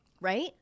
Right